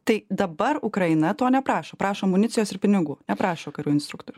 tai dabar ukraina to neprašo prašo amunicijos ir pinigų neprašo karių instruktorių